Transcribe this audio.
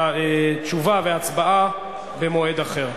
תשובה והצבעה במועד אחר.